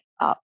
up